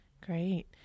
Great